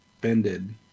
bended